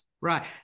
Right